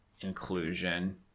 inclusion